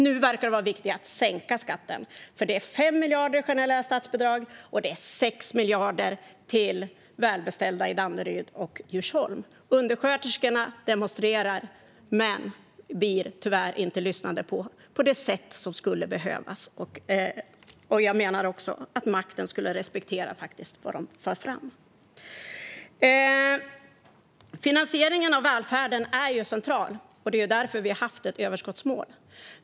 Nu verkar det vara viktigare att sänka skatten, för det är 5 miljarder i generella statsbidrag och 6 miljarder till välbeställda i Danderyd och Djursholm. Undersköterskorna demonstrerar men blir tyvärr inte lyssnade på på det sätt som skulle behövas. Jag menar att makten borde respektera vad de för fram. Finansieringen av välfärden är ju central. Det är därför vi har haft ett överskottsmål.